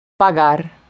Pagar